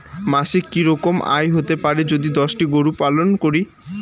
মাসিক কি রকম আয় হতে পারে যদি দশটি গরু পালন করি?